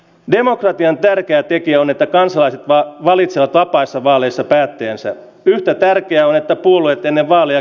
demokratian tärkeä tekijä on että kansalaiset valitsevat vapaissa vaaleissa päätteensä yhtä tärkeää on että puolet ennen vaalia